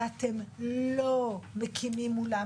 ואתם לא מקימים מולם,